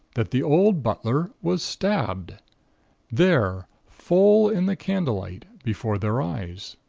that the old butler was stabbed there, full in the candlelight, before their eyes.